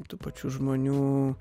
tų pačių žmonių